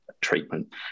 treatment